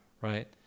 right